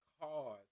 cause